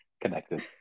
connected